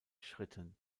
schritten